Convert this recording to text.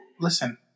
Listen